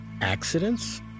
accidents